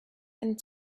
and